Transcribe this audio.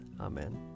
Amen